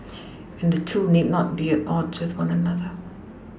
and the two need not be at odds with one another